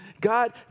God